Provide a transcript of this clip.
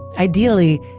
ideally,